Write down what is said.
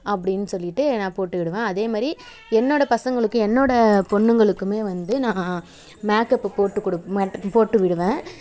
அப்படின்னு சொல்லிட்டு நான் போட்டுக்குகிடுவேன் அதே மாதிரி என்னோடய பசங்களுக்கு என்னோடய பொண்ணுங்களுக்குமே வந்து நான் மேக்கப்பு போட்டு கொடு போட்டு விடுவேன்